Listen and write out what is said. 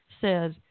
says